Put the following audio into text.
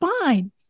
Fine